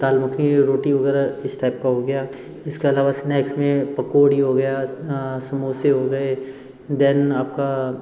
दाल मखनी रोटी वग़ैरह इस टाइप का हो गया इसके अलावा स्नैक्स में पकौड़ी हो गया समोसे हो गए देन आप का